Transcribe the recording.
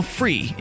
free